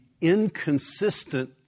inconsistent